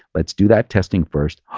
let's do that testing first.